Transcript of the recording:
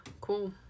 cool